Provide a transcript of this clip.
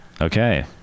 Okay